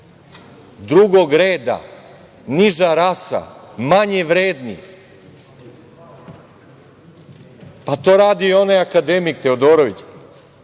drugog reda, niža rasa, manje vredni, pa to radi i onaj akademik Teodorović.